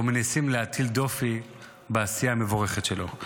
או מנסים להטיל דופי בעשייה המבורכת שלו.